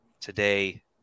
today